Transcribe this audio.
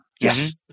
Yes